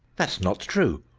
that's not true.